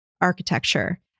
architecture